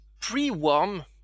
pre-warm